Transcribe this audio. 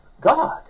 God